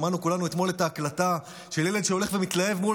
שמענו כולנו אתמול את ההקלטה של ילד שהולך ומתלהב מול